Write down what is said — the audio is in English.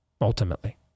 ultimately